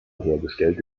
hergestellte